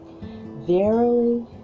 Verily